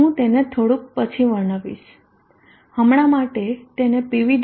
હું તેને થોડુંક પછી વર્ણવીશ હમણાં માટે તેને pv